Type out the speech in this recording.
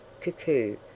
Cuckoo